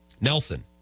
Nelson